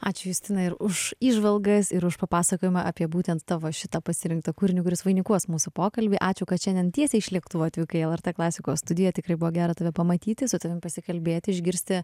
ačiū justina ir už įžvalgas ir už papasakojimą apie būtent tavo šitą pasirinktą kūrinį kuris vainikuos mūsų pokalbį ačiū kad šiandien tiesiai iš lėktuvo atvykai į lrt klasikos studiją tikrai buvo gera tave pamatyti su tavim pasikalbėt išgirsti